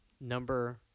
number